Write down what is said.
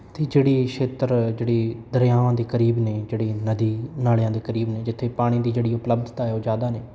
ਅਤੇ ਜਿਹੜੀ ਖੇਤਰ ਜਿਹੜੀ ਦਰਿਆਵਾਂ ਦੇ ਕਰੀਬ ਨੇ ਜਿਹੜੀ ਨਦੀ ਨਾਲਿਆਂ ਦੇ ਕਰੀਬ ਨੇ ਜਿੱਥੇ ਪਾਣੀ ਦੀ ਜਿਹੜੀ ਉਪਲੱਬਧਤਾ ਹੈ ਉਹ ਜ਼ਿਆਦਾ ਨੇ